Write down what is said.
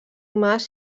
mas